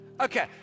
Okay